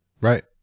Right